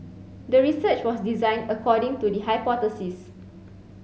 the research was designed according to the hypothesis